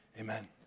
amen